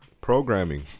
programming